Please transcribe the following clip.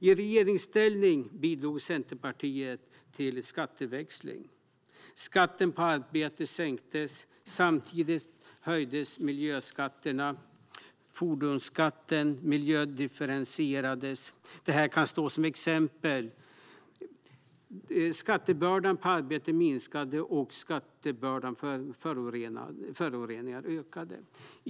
I regeringsställning bidrog Centerpartiet till skatteväxling. Skatten på arbete sänktes. Samtidigt höjdes miljöskatterna, och fordonsskatten miljödifferentierades. Detta kan stå som exempel. Skattebördan på arbete minskade, och skattebördan på föroreningar ökade.